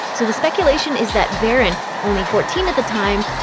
so the speculation is that barron, only fourteen at the time,